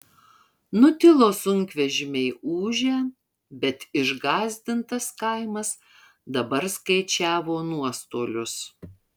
nutilo sunkvežimiai ūžę bet išgąsdintas kaimas dabar skaičiavo nuostolius